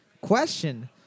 question